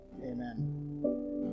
Amen